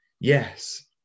Yes